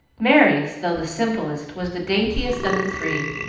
merry's, though the simplest, was the daintiest of the three,